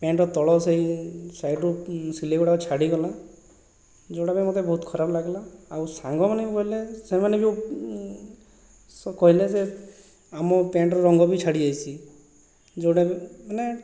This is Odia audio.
ପ୍ୟାଣ୍ଟର ତଳ ସେହି ସାଇଡ଼୍ରୁ ସିଲାଇ ଗୁଡ଼ା ଛାଡ଼ିଗଲା ଯେଉଁଟା ପାଇଁ ମୋତେ ବହୁତ ଖରାପ ଲାଗିଲା ଆଉ ସାଙ୍ଗମାନେ ବୋଇଲେ ସେମାନେ ବି ସବ କହିଲେ ଯେ ଆମ ପ୍ୟାଣ୍ଟର ରଙ୍ଗ ବି ଛାଡ଼ିଯାଇଛି ଯେଉଁଟାକି ମାନେ